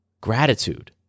gratitude